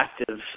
active